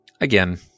again